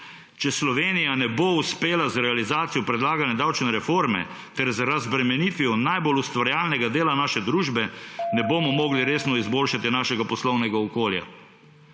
Če Slovenija ne bo uspela z realizacijo predlagane davčne reforme ter z razbremenitvijo najbolj ustvarjalnega dela naše družbe, ne bomo mogli resno izboljšati našega poslovnega okolja.